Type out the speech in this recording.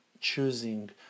choosing